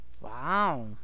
Wow